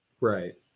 Right